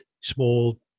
small